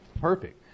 Perfect